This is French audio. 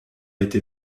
été